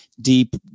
deep